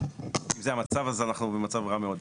אם זה המצב אז אנחנו במצב רע מאוד.